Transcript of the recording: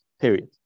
Period